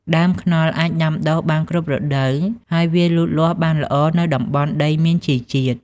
ដើមខ្នុរអាចដាំដុះបានគ្រប់រដូវ ហើយវាលូតលាស់បានល្អនៅតំបន់ដីមានជីជាតិ។